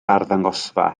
arddangosfa